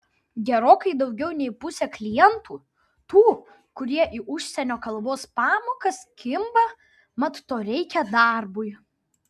gerokai daugiau nei pusė klientų tų kurie į užsienio kalbos pamokas kimba mat to reikia darbui